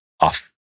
off